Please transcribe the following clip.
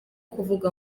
kuvuga